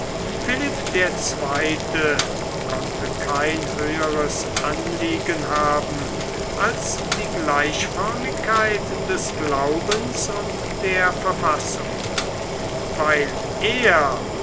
philipp der zweite konnte kein höheres anliegen haben als die gleichförmigkeit des glaubens und der verfassung weil er